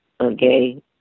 okay